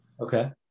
Okay